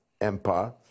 empire